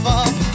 up